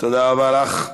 תודה רבה לך.